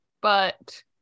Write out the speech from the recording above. But-